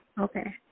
Okay